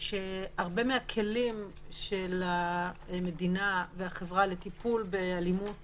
שהרבה מהכלים של המדינה והחברה לטיפול באלימות